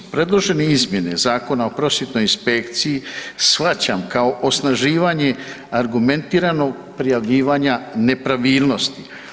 Predložene izmjene Zakona o prosvjetnoj inspekciji shvaćam kao osnaživanje argumentiranog prijavljivanja nepravilnosti.